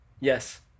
Yes